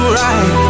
right